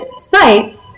sites